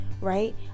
right